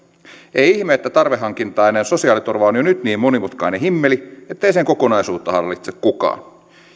ei ihme että tarvehankintainen sosiaaliturva on jo nyt niin monimutkainen himmeli ettei sen kokonaisuutta hallitse kukaan